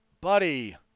buddy